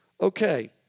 Okay